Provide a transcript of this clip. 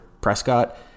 Prescott